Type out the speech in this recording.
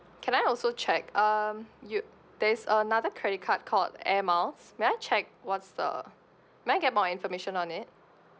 can I also check um you there is another credit card called air miles may I check what's the may I get more information on it